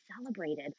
celebrated